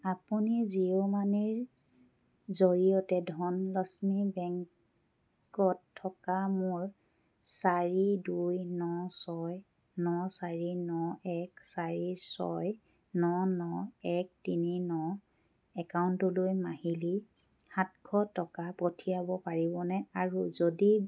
আপুনি জিঅ' মানিৰ জৰিয়তে ধনলক্ষ্মী বেংকত থকা মোৰ চাৰি দুই ন ছয় ন চাৰি ন এক চাৰি ছয় ন ন এক তিনি ন একাউণ্টলৈ মাহিলী সাতশ টকা পঠিয়াব পাৰিবনে আৰু যদি